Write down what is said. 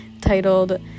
titled